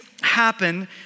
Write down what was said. happen